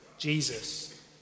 Jesus